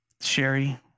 Sherry